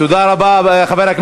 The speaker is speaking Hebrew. תודה רבה.